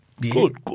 Good